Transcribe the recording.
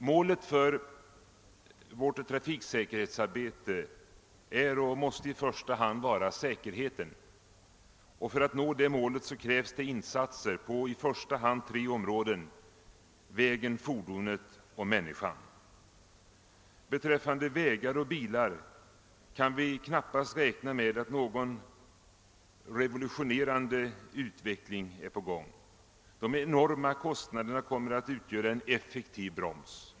Målet för vårt trafiksäkerhetsarbete är och måste i första hand vara säkerheten, och för att nå detta mål krävs det insatser på främst tre områden, nämligen beträffande vägen, fordonet och människan. Beträffande vägar och bilar kan vi knappast räkna med att någon revolutionerande utveckling är på gång. De enorma kostnaderna kommer att utgöra en effektiv broms.